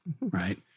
Right